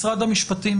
משרד המשפטים